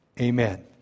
amen